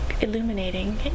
illuminating